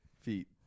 feet